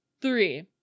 Three